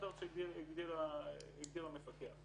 בירור מקור הנכסים הפיננסיים שלגביהם ניתנים השירותים,